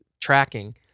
tracking